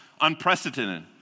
unprecedented